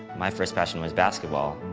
my first passion was basketball.